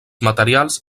materials